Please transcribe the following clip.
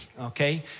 okay